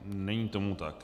Není tomu tak.